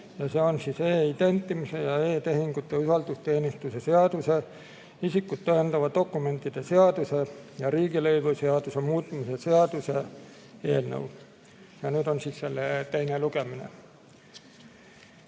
See on e-identimise ja e-tehingute usaldusteenuste seaduse, isikut tõendavate dokumentide seaduse ning riigilõivuseaduse muutmise seaduse eelnõu. Nüüd on siis selle teine lugemine. Selle